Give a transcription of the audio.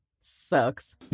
sucks